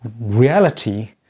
reality